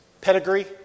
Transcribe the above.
pedigree